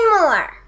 more